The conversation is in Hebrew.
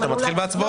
אתה מתחיל בהצבעות?